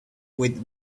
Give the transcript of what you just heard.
with